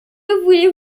voulez